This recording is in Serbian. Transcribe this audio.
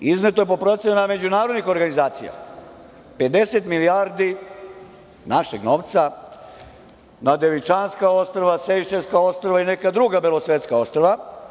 Izneto je po procenama međunarodnih organizacija 50 milijardi našeg novca na Devičanska ostrva, Sejšelska ostrva i neka druga belosvetska ostrva.